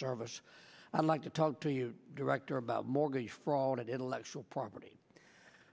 service i'd like to talk to you director about mortgage fraud intellectual property